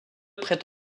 prête